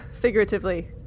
figuratively